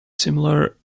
similar